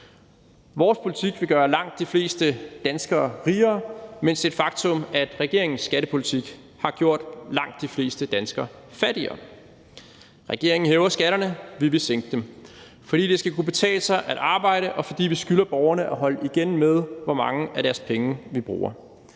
Vores politik vil gøre langt de fleste danskere rigere, mens det er et faktum, at regeringens skattepolitik har gjort langt de fleste danskere fattigere. Regeringen hæver skatterne, mens vi vil sænke dem, fordi det skal kunne betale sig at arbejde, og fordi vi skylder borgerne at holde igen med, hvor mange af deres penge vi bruger.